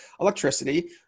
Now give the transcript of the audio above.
electricity